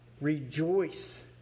Rejoice